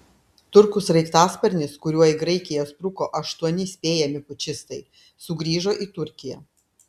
turkų sraigtasparnis kuriuo į graikiją spruko aštuoni spėjami pučistai sugrįžo į turkiją